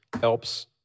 helps